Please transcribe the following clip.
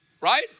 Right